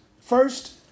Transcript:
first